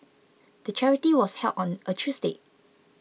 the charity was held on a Tuesday